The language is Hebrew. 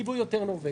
קיבלו יותר "נורבגי".